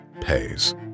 pays